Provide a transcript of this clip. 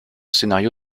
scénario